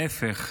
להפך,